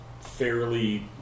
fairly